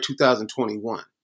2021